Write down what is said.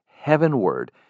heavenward